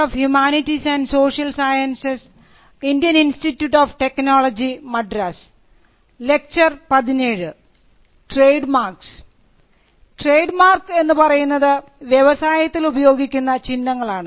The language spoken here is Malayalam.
ട്രേഡ് മാർക്ക് എന്ന് പറയുന്നത് വ്യവസായത്തിൽ ഉപയോഗിക്കുന്ന ചിഹ്നങ്ങളാണ്